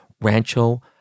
Rancho